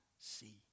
see